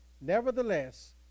Nevertheless